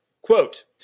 Quote